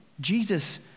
Jesus